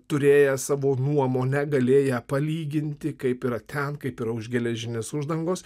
turėję savo nuomonę galėję palyginti kaip yra ten kaip yra už geležinės uždangos